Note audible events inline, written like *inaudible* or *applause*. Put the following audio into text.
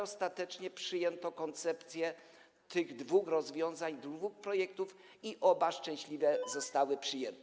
Ostatecznie przyjęto koncepcję tych dwóch rozwiązań, dwóch projektów i oba szczęśliwie *noise* zostały przyjęte.